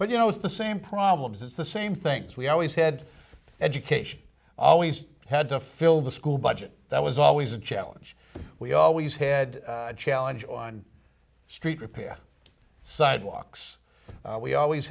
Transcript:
but you know it's the same problems it's the same things we always had education always had to fill the school budget that was always a challenge we always head challenge on street repair sidewalks we always